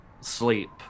sleep